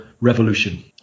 revolution